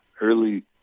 early